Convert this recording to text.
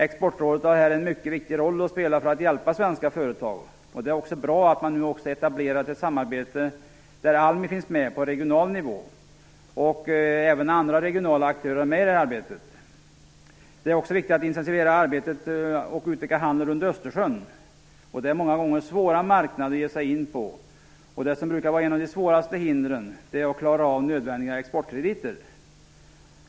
Exportrådet har här en mycket viktig roll att spela för att hjälpa svenska företag. Det är bra att man nu även har etablerat ett regionalt samarbete, där Almi Företagspartner och även andra regionala aktörer deltar. Det är viktigt att intensifiera arbetet och utöka handeln runt Östersjön. Det är många gånger svåra marknader att ge sig in på. Det som brukar vara en av de svåraste hindren är att klara av nödvändiga exportkrediter.